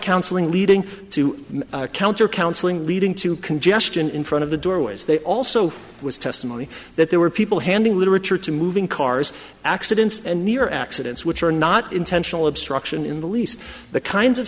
counseling leading to counter count swing leading to congestion in front of the doorways they also was testimony that there were people handing literature to moving cars accidents and near accidents which are not intentional obstruction in the least the kinds of